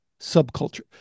subculture